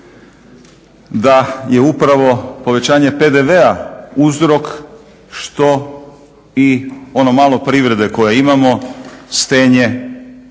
da je upravo povećanje PDV-a uzrok što i ono malo privrede koje imamo stenje